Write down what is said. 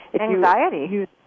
anxiety